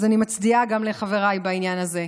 אז אני מצדיעה גם לחבריי בעניין הזה.